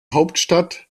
hauptstadt